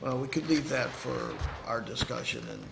well we could leave that for our discussion